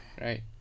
Right